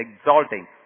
exalting